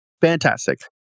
Fantastic